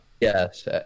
Yes